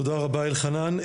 תודה רבה אלחנן.